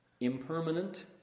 impermanent